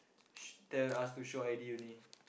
should tell us to show I_D only